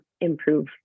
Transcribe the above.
improve